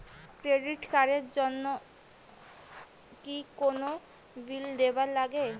Credit card এর জন্যে কি কোনো বিল দিবার লাগে?